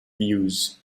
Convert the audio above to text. views